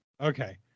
Okay